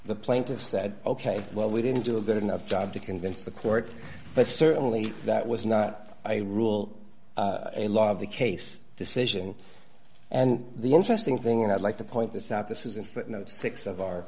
the plaintiffs said ok well we didn't do a good enough job to convince the court but certainly that was not a rule a law of the case decision and the interesting thing and i'd like to point this out this is in footnote six of our